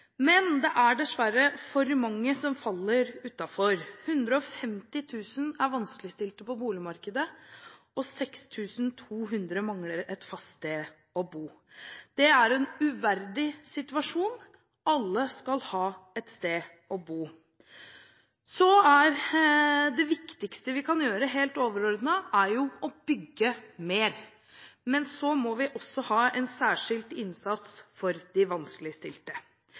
Men det er dessverre for mange som faller utenfor. 150 000 er vanskeligstilt på boligmarkedet, og 6 200 mangler et fast sted å bo. Det er en uverdig situasjon. Alle skal ha et sted å bo. Det viktigste vi kan gjøre, det som er helt overordnet, er å bygge mer. Men vi må også ha en særskilt innsats for de vanskeligstilte.